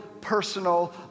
personal